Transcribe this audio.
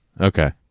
Okay